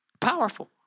Powerful